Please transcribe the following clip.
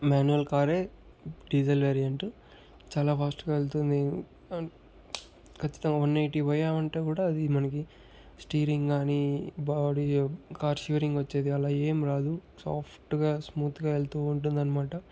manual car ఏ diesel variant చాలా fast గా వెళ్తుంది కచ్చితంగా వన్ ఎయిటీ పోయామంటే కూడా అది మనకి స్టీరింగ్ కానీ బాడీ కార్ షివరింగ్ వచ్చేది అలా ఎం రాదు సాఫ్ట్ గా స్మూత్ గా వెళ్తూ ఉంటుందనమాట